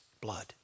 blood